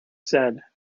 said